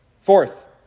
Fourth